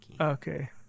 Okay